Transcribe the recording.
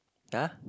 huh